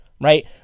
right